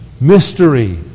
mystery